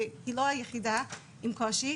היא לא היחידה עם קושי,